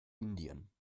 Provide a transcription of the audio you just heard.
indien